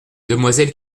demoiselle